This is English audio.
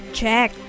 check